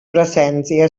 presència